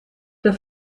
der